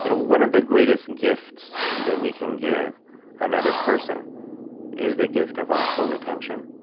and one of the greatest gifts that we can give another person is the gift of our full attention.